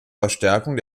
verstärkung